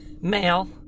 Male